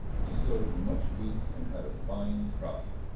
he sowed much wheat and had a fine crop,